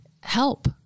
Help